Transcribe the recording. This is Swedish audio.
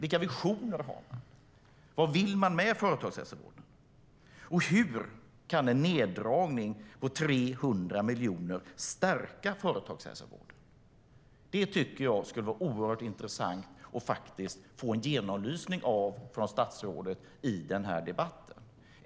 Vilka visioner har han? Vad vill han med företagshälsovården? Och hur kan en neddragning med 300 miljoner stärka företagshälsovården? Det tycker jag skulle vara oerhört intressant att få en genomlysning av från statsrådet i den här debatten.